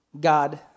God